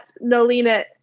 Nolina